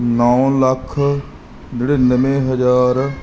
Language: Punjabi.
ਨੌਂ ਲੱਖ ਨੜਿਨਵੇਂ ਹਜ਼ਾਰ